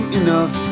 enough